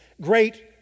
Great